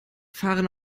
fahren